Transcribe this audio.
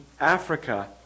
Africa